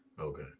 Okay